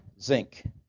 zinc